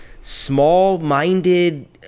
small-minded